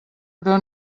però